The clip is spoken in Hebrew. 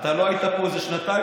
אתה לא היית פה איזה שנתיים,